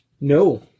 No